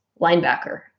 linebacker